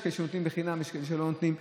יש כאלה שנותנים בחינם ויש כאלה שלא נותנים,